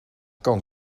kan